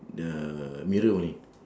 the middle only